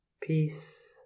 Peace